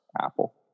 Apple